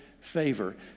favor